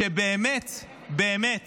במאי 2023